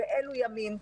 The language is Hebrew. באילו ימים.